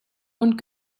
und